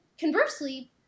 conversely